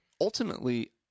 ultimately